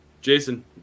Jason